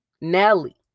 Nelly